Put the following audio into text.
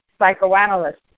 psychoanalyst